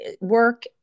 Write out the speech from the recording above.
work